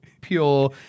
Pure